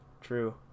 True